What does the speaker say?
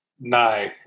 No